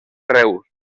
reus